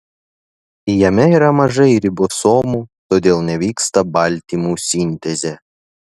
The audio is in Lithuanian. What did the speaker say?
jame yra mažai ribosomų todėl nevyksta baltymų sintezė